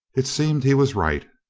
it seemed he was right.